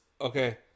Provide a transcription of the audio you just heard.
Okay